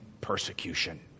persecution